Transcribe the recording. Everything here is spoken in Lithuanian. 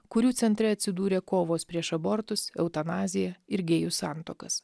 kurių centre atsidūrė kovos prieš abortus eutanaziją ir gėjų santuokas